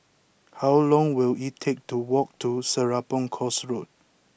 how long will it take to walk to Serapong Course Road